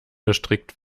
gestrickt